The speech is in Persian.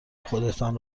خودتان